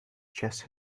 chest